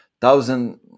thousand